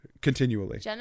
Continually